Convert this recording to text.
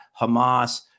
Hamas